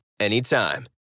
anytime